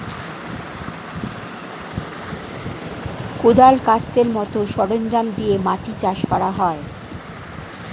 কোদাল, কাস্তের মত সরঞ্জাম দিয়ে মাটি চাষ করা হয়